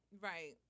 Right